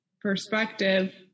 perspective